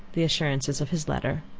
the assurances of his letter.